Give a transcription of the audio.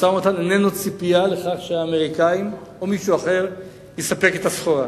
משא-ומתן איננו ציפייה לכך שהאמריקנים או מישהו אחר יספקו את הסחורה.